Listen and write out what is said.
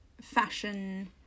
fashion